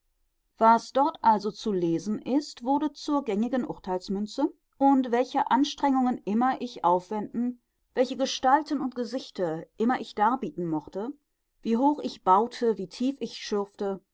was dort also zu lesen ist wurde zur gängigen urteilsmünze und welche anstrengungen immer ich aufwenden welche gestalten und gesichte immer ich darbieten mochte wie hoch ich baute wie tief ich schürfte